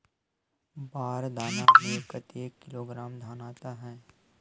बार दाना में कतेक किलोग्राम धान आता हे?